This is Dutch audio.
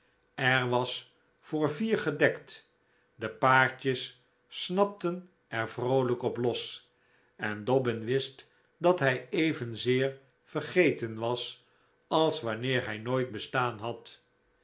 er was voor vier gedekt de paartjes snapten er vroolijk op los en dobbin wist dat hij evenzeer vergeten was als wanneer hij nooit bestaan had